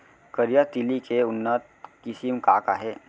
करिया तिलि के उन्नत किसिम का का हे?